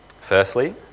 Firstly